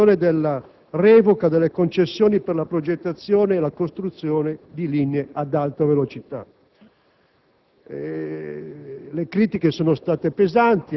discusso, riguarda la revoca delle concessioni per la progettazione e la costruzione di linee ad alta velocità.